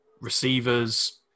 receivers